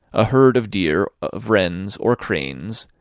a herd of deer, of wrens, or cranes,